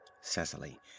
Cecily